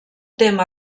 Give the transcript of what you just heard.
tema